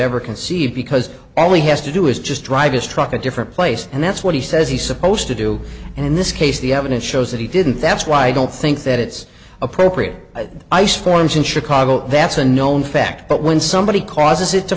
ever conceive because only has to do is just drive his truck a different place and that's what he says he's supposed to do and in this case the evidence shows that he didn't that's why i don't think that it's appropriate ice forms in chicago that's a known fact but when somebody causes